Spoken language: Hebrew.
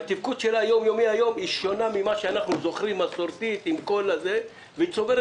שונה ממה שאנחנו זוכרים - היא צוברת